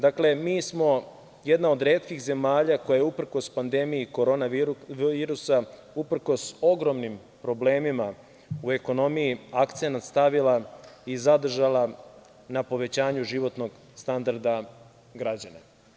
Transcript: Dakle, mi smo jedna od retkih zemalja koja je, uprkos pandemiji korona virusa, uprkos ogromnim problemima u ekonomiji, akcenat stavila i zadržala na povećanju životnog standarda građana.